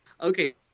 okay